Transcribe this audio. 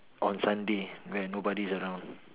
on Sunday when nobody is around